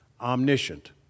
omniscient